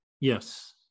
Yes